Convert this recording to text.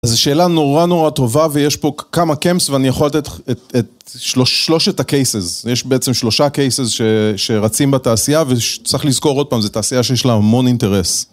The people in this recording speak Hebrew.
אז זו שאלה נורא נורא טובה, ויש פה כמה קמס, ואני יכול לתת שלושת ה- Cases. יש בעצם שלושה Cases שרצים בתעשייה, וצריך לזכור עוד פעם, זה תעשייה שיש לה המון אינטרס.